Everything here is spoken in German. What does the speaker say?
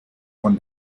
von